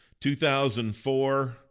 2004